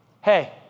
Hey